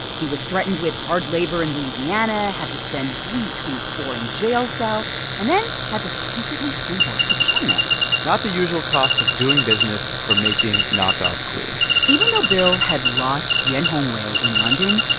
he was threatened with hard labor in louisiana, had to spend weeks in a foreign jail cell and then had to secretly flee back to china not the usual cost of doing business for making knockoff glue even though bill had lost yuan hongwei in london,